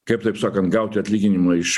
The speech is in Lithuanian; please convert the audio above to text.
kaip taip sakant gauti atlyginimą iš